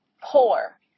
poor